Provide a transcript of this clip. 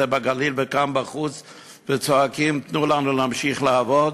בגליל וכאן בחוץ וצועקים: תנו לנו להמשיך לעבוד?